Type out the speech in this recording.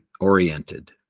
oriented